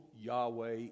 Yahweh